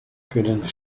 kunnen